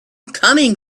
coming